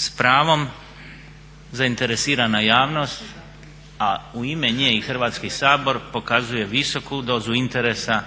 s pravom zainteresirana javnost, a u ime nje i Hrvatski sabor pokazuje visoku dozu interesa